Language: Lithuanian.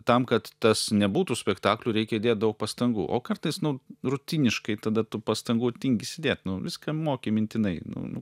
tam kad tas nebūtų spektakliu reikia įdėt daug pastangų o kartais nu rutiniškai tada tų pastangų tingisi dėt viską moki mintinai nu nu